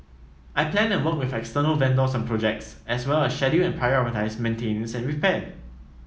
I plan and work with external vendors on projects as well as schedule and prioritise maintenance and repair